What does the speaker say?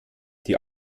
die